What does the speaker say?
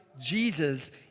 Jesus